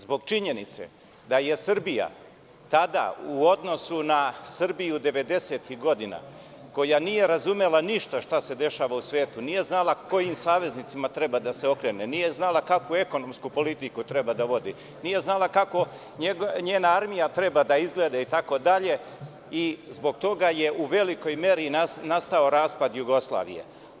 Zbog činjenice da je Srbija tada u odnosu na Srbiju 90-tih godina, koja nije razumela ništa šta se dešava u svetu, nije znala kojim saveznicima treba da se okrene, nije znala kakvu ekonomsku politiku treba da vodi, nije znala kako njena armija treba da izgleda itd. i zbog toga je u velikoj meri nastao raspad Jugoslavije.